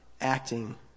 acting